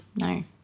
No